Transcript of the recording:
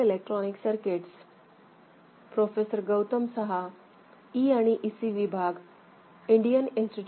नमस्कार